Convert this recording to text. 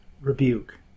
rebuke